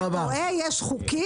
אתה רואה, יש חוקים